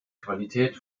qualität